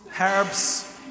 herbs